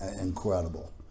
Incredible